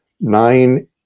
nine